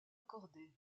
accordés